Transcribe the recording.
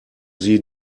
sie